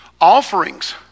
Offerings